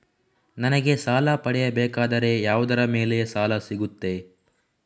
ನನಗೆ ಸಾಲ ಪಡೆಯಬೇಕಾದರೆ ಯಾವುದರ ಮೇಲೆ ಸಾಲ ಸಿಗುತ್ತೆ?